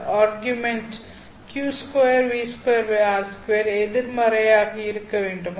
இந்த argument q2 ν2r2 எதிர்மறையாக இருக்க வேண்டும்